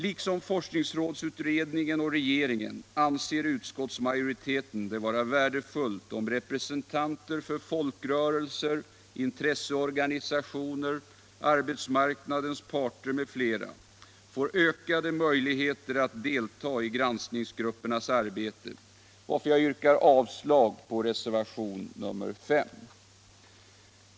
Liksom forskningsrådsutredningen och regeringen anser utskottsmajoriteten det vara värdefullt om representanter för folkrörelser, intresseorganisationer, arbetsmarknadens parter m.fl. får ökade möjligheter att delta i granskningsgruppernas arbete, varför jag yrkar avslag på reservationen 5.